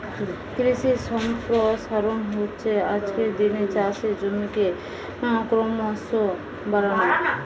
কৃষি সম্প্রসারণ হচ্ছে আজকের দিনে চাষের জমিকে ক্রোমোসো বাড়ানো